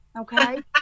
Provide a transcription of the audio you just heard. okay